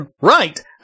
right